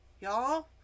y'all